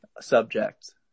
subject